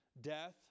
death